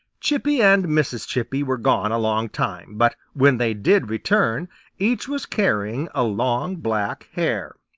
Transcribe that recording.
chippy and mrs. chippy were gone a long time, but when they did return each was carrying a long black hair.